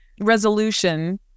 resolution